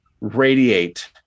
radiate